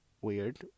weird